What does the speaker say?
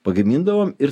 pagamindavom ir